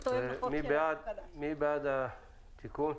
מי בעד התיקון?